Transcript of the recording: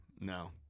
no